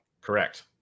Correct